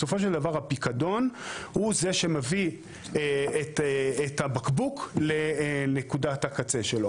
בסופו של דבר הפיקדון הוא זה שמביא את הבקבוק לנקודת הקצה שלו.